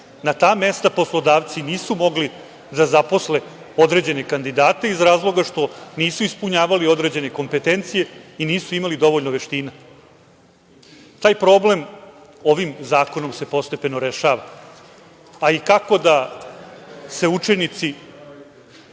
Na ta mesta poslodavci nisu mogli da zaposle određene kandidate, iz razloga što nisu ispunjavali određene kompetencije i nisu imali dovoljno veština. Taj problem ovim zakonom se postepeno rešava, a i kako da se učenici